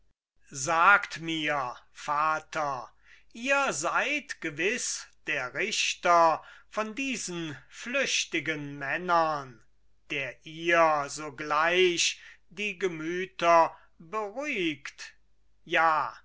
sagt mir vater ihr seid gewiß der richter von diesen flüchtigen männern der ihr sogleich die gemüter beruhigt ja